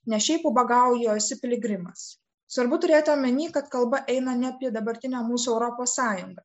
ne šiaip ubagauji o esi piligrimas svarbu turėti omeny kad kalba eina ne prie dabartinę mūsų europos sąjungą